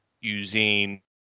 using